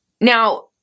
Now